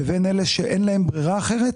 לבין אלה שאין להם ברירה אחרת?